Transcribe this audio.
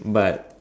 but